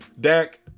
Dak